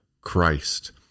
Christ